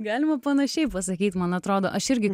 galima panašiai pasakyt man atrodo aš irgi